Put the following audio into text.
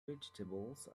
vegetables